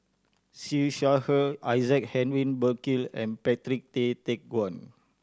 Siew Shaw Her Isaac Henry Burkill and Patrick Tay Teck Guan